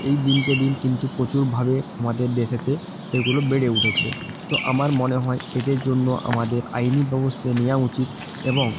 এই দিনকে দিন কিন্তু প্রচুরভাবে আমাদের দেশেতে এগুলো বেড়ে উঠেছে তো আমার মনে হয় এদের জন্য আমাদের আইনি ব্যবস্থা নেওয়া উচিত এবং